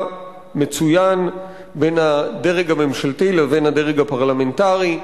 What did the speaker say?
מצוין בין הדרג הממשלתי לבין הדרג הפרלמנטרי,